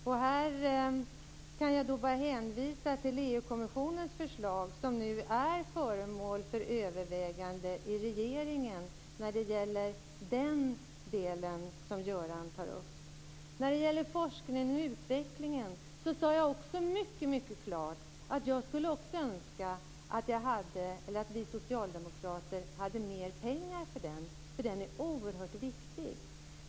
Jag kan bara hänvisa till EU-kommissionens förslag som är föremål för övervägande i regeringen när det gäller den del som Göran Hägglund tar upp. När det gäller frågan om forskning och utveckling sade jag mycket klart att jag skulle önska att vi socialdemokrater hade mer pengar för det, eftersom det är oerhört viktigt.